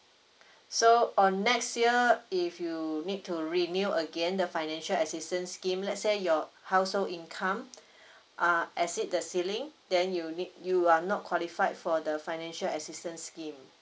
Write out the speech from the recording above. so on next year if you need to renew again the financial assistance scheme let's say your household income err exceed the ceiling then you need you are not qualified for the financial assistance scheme